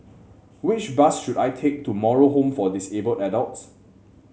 which bus should I take to Moral Home for Disabled Adults